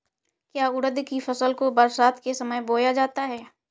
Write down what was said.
क्या उड़द की फसल को बरसात के समय बोया जाता है?